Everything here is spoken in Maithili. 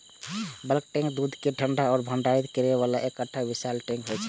बल्क टैंक दूध कें ठंडा आ भंडारित करै बला एकटा विशाल टैंक होइ छै